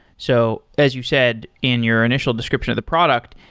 so as you said in your initial description at the product,